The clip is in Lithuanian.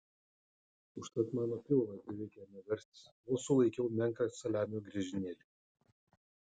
užtat mano pilvas beveik ėmė verstis vos sulaikiau menką saliamio griežinėlį